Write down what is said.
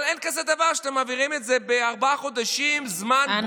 אבל אין כזה דבר שאתם מעבירים את זה בארבעה חודשים זמן ברוטו.